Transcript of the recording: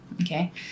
Okay